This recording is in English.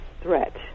threat